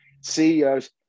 CEOs